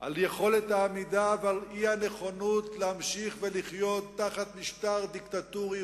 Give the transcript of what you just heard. על יכולת העמידה ועל האי-נכונות להמשיך ולחיות תחת משטר דיקטטורי,